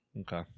Okay